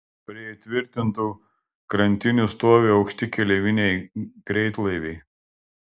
prie įtvirtintų krantinių stovi aukšti keleiviniai greitlaiviai